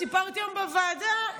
סיפרתי היום בוועדה,